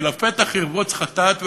כי לפתח ירבוץ חטאת,